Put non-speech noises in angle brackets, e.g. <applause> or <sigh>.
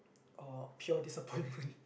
or pure disappointment <breath>